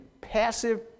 passive